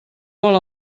vol